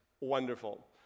wonderful